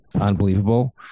Unbelievable